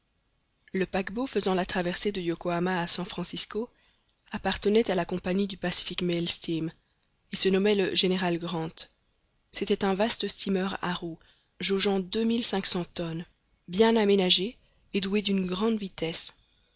le paquebot faisant la traversée de yokohama à san francisco appartenait à la compagnie du pacific mail steam et se nommait le general grant c'était un vaste steamer à roues jaugeant deux mille cinq cents tonnes bien aménagé et doué d'une grande vitesse